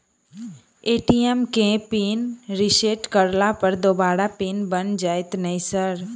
ATM केँ pin reset करला पर दोबारा पिन बन जाइत नै सर?